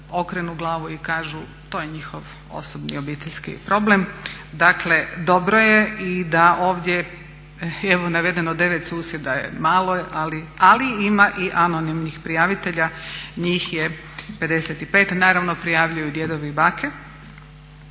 i kažu to je njihov osobni obiteljski problem. Dakle dobro je i da ovdje, evo navedeno 9 susjeda je malo, ali ima i anonimnih prijavitelja, njih je 55, naravno prijavljuju djedovi i bake.